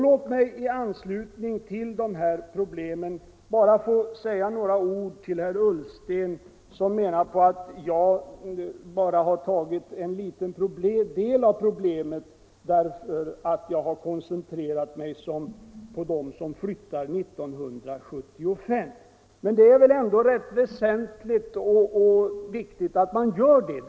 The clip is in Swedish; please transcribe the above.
Låt mig i anslutning till dessa problem säga några ord till herr Ullsten, som menade att jag bara tagit upp en liten del av problemet därför att jag har koncentrerat mig på de verk som flyttar 1975. Det är väl ändå rätt viktigt att man gör det.